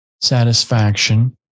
satisfaction